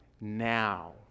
now